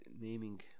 naming